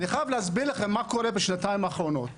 אני חייב להסביר לכם מה קורה בשנתיים האחרונות,